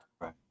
Right